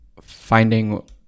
finding